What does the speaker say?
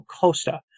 Costa